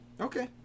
Okay